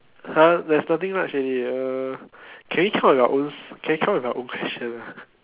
!huh! there's nothing much already uh can we come out with your own can you come up with our own question ah